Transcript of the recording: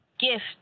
gift